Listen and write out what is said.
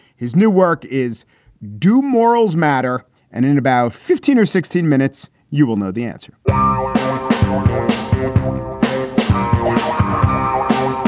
his new work is do morals matter? and in about fifteen or sixteen minutes, you will know the answer um